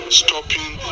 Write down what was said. stopping